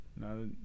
no